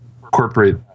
corporate